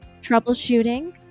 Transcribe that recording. troubleshooting